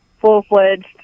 full-fledged